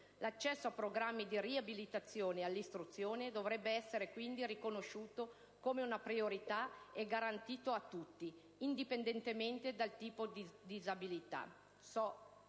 L'accesso a programmi di riabilitazione e all'istruzione dovrebbe essere, quindi, riconosciuto come una priorità e garantito a tutti, indipendentemente dal tipo di disabilità. Sono